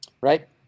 right